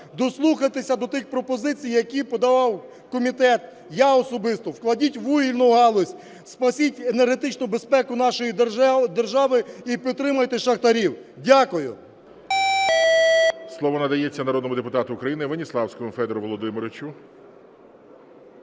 дослухайтеся до тих пропозицій, які подавав комітет, я особисто, вкладіть у вугільну галузь, спасіть енергетичну безпеку нашої держави і підтримайте шахтарів. Дякую.